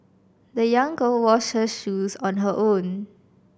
the young girl washed her shoes on her own